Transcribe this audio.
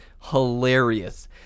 hilarious